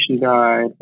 Guide